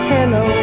Hello